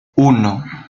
uno